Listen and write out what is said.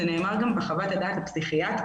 זה נאמר גם בחוות הדעת הפסיכיאטרית,